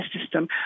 system